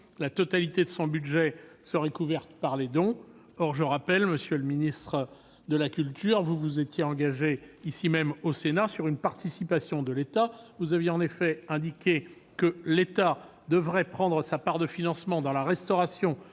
L'intégralité de son budget serait couverte par les dons. Or je vous rappelle, monsieur le ministre, que vous vous étiez engagé ici même au Sénat sur une participation de l'État. Vous aviez en effet indiqué que l'État devrait prendre sa part au financement de la restauration